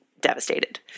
devastated